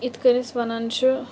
یِتھ کٔنۍ أسۍ وَنان چھِ